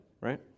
right